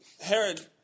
Herod